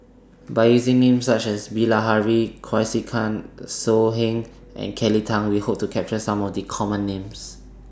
By using Names such as Bilahari Kausikan So Heng and Kelly Tang We Hope to capture Some of The Common Names